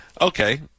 okay